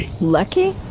Lucky